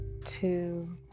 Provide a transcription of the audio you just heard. two